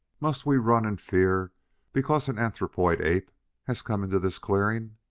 must we run in fear because an anthropoid ape has come into this clearing?